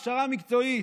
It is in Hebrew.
הכשרה מקצועית.